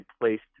placed